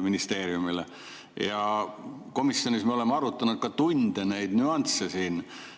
ministeeriumile. Komisjonis me oleme arutanud neid nüansse siin tunde.